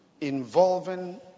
Involving